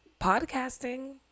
Podcasting